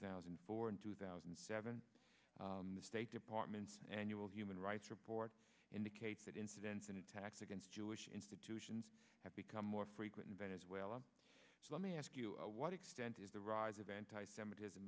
thousand and four and two thousand and seven the state department annual human rights report indicates that incidents in attacks against jewish institutions have become more frequent venezuela let me ask you what extent is the rise of anti semitism